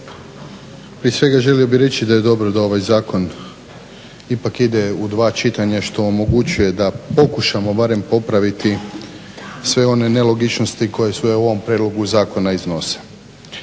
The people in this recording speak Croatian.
Prije svega želio bih reći da je dobro da ovaj zakon ipak ide u dva čitanja što omogućuje da barem pokušamo popraviti sve one nelogičnosti koje se u ovom prijedlogu zakona iznose.